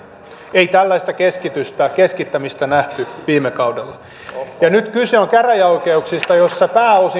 ei tällaista keskittämistä nähty viime kaudella nyt kyse on käräjäoikeuksista joissa